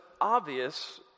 obvious